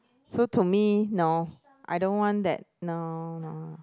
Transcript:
so to me no I don't want that no no